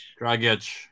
Dragic